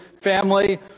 family